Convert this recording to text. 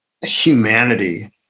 humanity